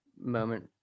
moment